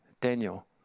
Daniel